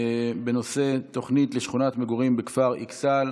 בנושא תוכנית לשכונת מגורים בכפר אכסאל.